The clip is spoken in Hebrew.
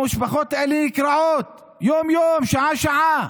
המשפחות האלה נקרעות יום-יום, שעה-שעה,